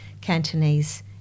Cantonese